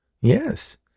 Yes